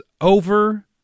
over